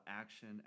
action